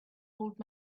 old